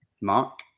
Mark